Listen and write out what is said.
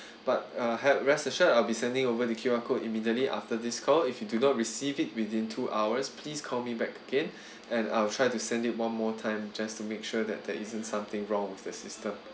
but uh had rest assured I'll be sending over the Q_R code immediately after this call if you do not receive it within two hours please call me back again and I'll try to sending one more time just to make sure that there isn't something wrong with the system